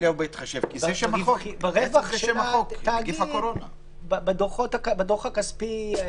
"בהתחשב בדוח הכספי."